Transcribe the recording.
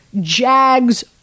Jags